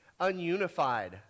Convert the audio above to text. ununified